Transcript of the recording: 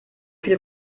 viel